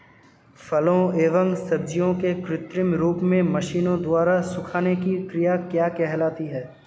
फलों एवं सब्जियों के कृत्रिम रूप से मशीनों द्वारा सुखाने की क्रिया क्या कहलाती है?